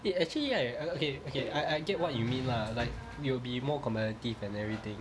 eh actually right I got okay okay I I get what you mean lah like will be more competitive and everything